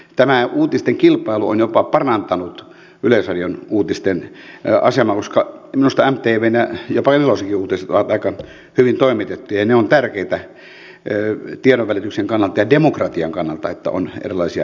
tämä uutisten kilpailu on jopa parantanut yleisradion uutisten asemaa koska minusta mtvn ja jopa nelosenkin uutiset ovat aika hyvin toimitettuja ja ne ovat tärkeitä tiedonvälityksen kannalta ja demokratian kannalta että on erilaisia uutislähetyksiä